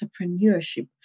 entrepreneurship